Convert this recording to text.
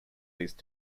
these